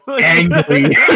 Angry